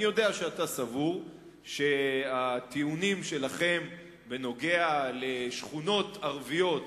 אני יודע שאתה סבור שהטיעונים שלכם בנוגע לשכונות ערביות,